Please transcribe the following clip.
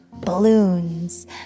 balloons